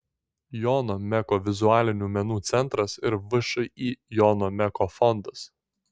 jono meko vizualinių menų centras ir všį jono meko fondas